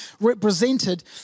represented